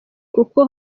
kuko